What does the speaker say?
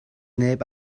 neb